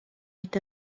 est